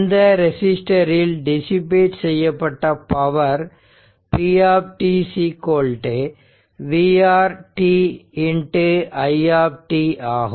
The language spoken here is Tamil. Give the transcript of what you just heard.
இந்த ரெசிஸ்டரில் டிசிபேட் செய்யப்பட்ட power p vR t i t ஆகும்